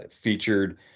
featured